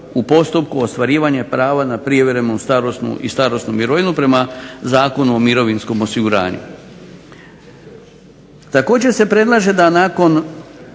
u postupku ostvarivanja prava na prijevremenu starosnu i starosnu mirovinu prema Zakonu o mirovinskom osiguranju. Također se predlaže da nakon